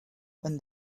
when